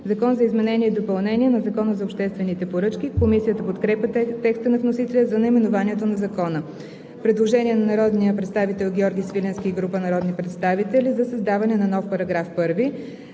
„Закон за изменение и допълнение на Закона за обществените поръчки“.“ Комисията подкрепя текста на вносителя за наименованието на Закона. Предложение на народния представител Георги Свиленски и група народни представители за създаване на нов § 1: